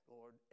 Lord